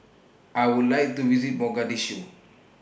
I Would like to visit Mogadishu